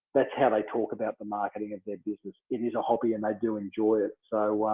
that's how they talk about the marketing at their business. it is a hobby and they do enjoy it. so